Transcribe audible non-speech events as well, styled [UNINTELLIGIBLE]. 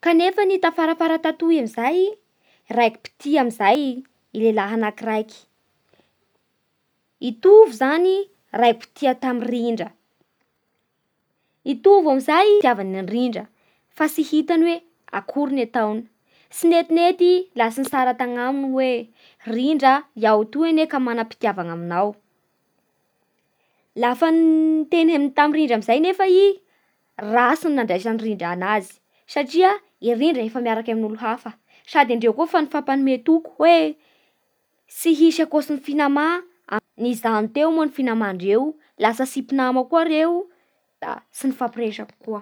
Kanefa tafarafara tatoy amin'izay, raikim-pitia amin'izay lehilahy anakiraiky. I Tovo zany raiki-pitia tamin'i Rindra. I Tovo amin'izay [UNINTELLIGIBLE] tiavany an'i Rindra, tsy netinety laha tsy nitsara tanaminy hoe Rindra iaho toy anie ka manam-pitiavana aminao. Lafa noteneniny tamin'ny Rindra amizay nefa i ratsy ny nandraisan'i Rindra anazy, satria i Rindra efa miaraky amin'ny olo hafa. Sady endreo koa fa nifampanome toky hoe tsy misy akoatsy ny finamà. Nijanoteo moa finamà ndreo. Lasa tsy mpinama koa reo da tsy nifampiresaky koa.